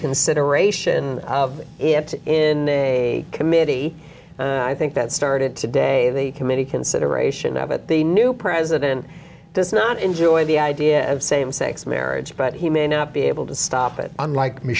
consideration of it in a committee i think that started today the committee consideration of it the new president does not enjoy the idea of same sex marriage but he may not be able to stop it unlike m